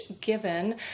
given